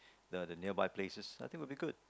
the the nearby places I think would be good